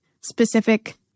specific